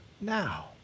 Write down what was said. now